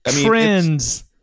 Friends